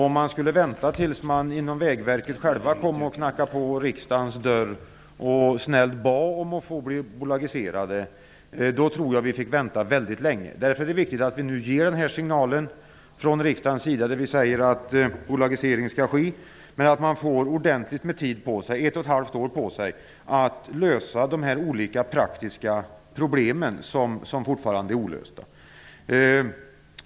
Om vi skulle vänta tills de från Vägverket själva kom och knackade på rikdagens dörr och snällt bad om att få bli bolagiserade, så tror jag att vi fick vänta väldigt länge. Därför är det viktigt att riksdagen ger signalen att bolagisering skall ske. Men Vägverket får ett och ett halvt år på sig att lösa de praktiska problem som återstår.